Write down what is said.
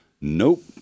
nope